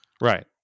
right